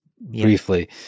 briefly